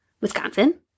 Wisconsin